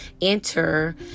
enter